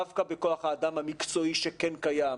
דווקא בכוח האדם המקצועי שכן קיים.